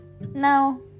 no